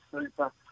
super